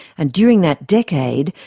and during that decade,